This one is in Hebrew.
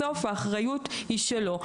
בסוף האחריות היא שלו.